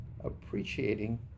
appreciating